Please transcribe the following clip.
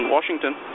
Washington